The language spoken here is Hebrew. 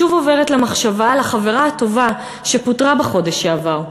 שוב עוברת לה מחשבה על החברה הטובה שפוטרה בחודש שעבר.